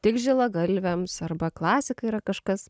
tik žilagalviams arba klasika yra kažkas